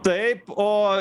taip o